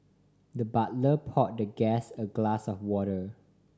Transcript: the butler pour the guest a glass of water